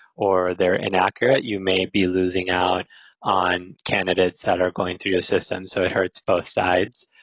or they're inaccurate, you may be losing out on candidates that are going to your system. so it hurts both sides.